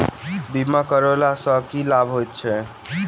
बीमा करैला सअ की लाभ होइत छी?